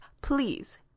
Please